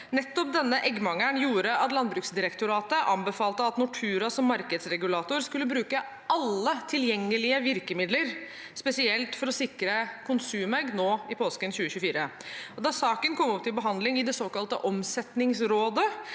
Nettopp denne eggmangelen gjorde at Landbruksdirektoratet anbefalte at Nortura som markedsregulator skulle bruke alle tilgjengelige virkemidler spesielt for å sikre konsumegg nå i påsken 2024. Da saken kom opp til behandling i det såkalte Omsetningsrådet,